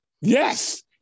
Yes